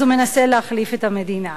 אז הוא מנסה להחליף את המדינה.